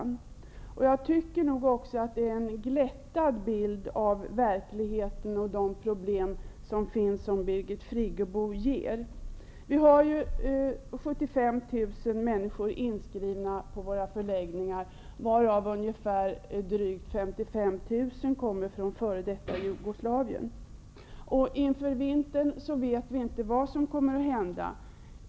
Jag tycker att Birgit Friggebo ger en glättad bild av verkligheten och de problem som finns. 75 000 människor är inskrivna på våra flyktingförläggningar, varav drygt 55 000 kommer från det forna Jugoslavien. Inför vintern vet vi inte vad som kommer att hända.